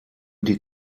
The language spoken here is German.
die